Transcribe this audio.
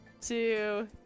two